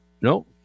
No